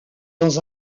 dans